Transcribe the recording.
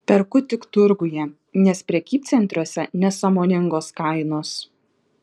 perku tik turguje nes prekybcentriuose nesąmoningos kainos